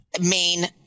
main